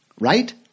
right